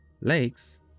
lakes